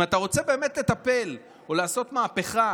אם אתה רוצה באמת לטפל או לעשות מהפכה